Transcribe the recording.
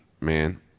man